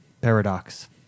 Paradox